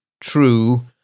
true